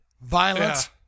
violence